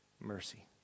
mercy